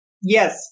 Yes